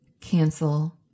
cancel